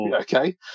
okay